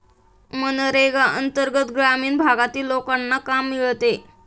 मनरेगा अंतर्गत ग्रामीण भागातील लोकांना काम मिळते